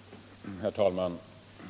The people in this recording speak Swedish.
Sverige.